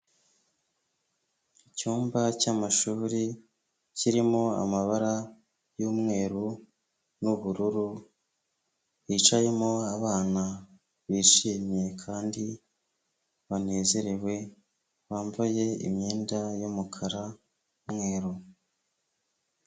Icyumba cy'amashuri kirimo amabara y'umweru n'ubururu, hicayemo abana bishimye kandi banezerewe, bambaye imyenda y'umukara n'umweru.